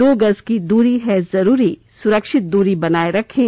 दो गज की दूरी है जरूरी सुरक्षित दूरी बनाए रखें